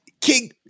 King